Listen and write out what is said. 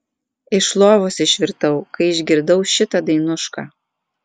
iš lovos išvirtau kai išgirdau šitą dainušką